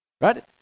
right